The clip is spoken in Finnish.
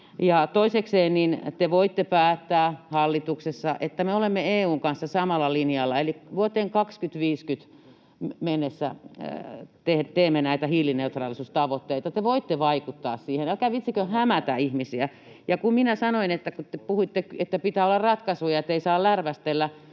toisekseen te voitte päättää hallituksessa, että me olemme EU:n kanssa samalla linjalla eli vuoteen 2050 mennessä teemme näitä hiilineutraalisuustavoitteita. Te voitte vaikuttaa siihen. Älkää viitsikö hämätä ihmisiä. Ja kun minä sanoin, että... Te puhuitte, että pitää olla ratkaisuja, ettei saa lärvästellä.